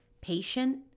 patient